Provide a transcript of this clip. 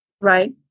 Right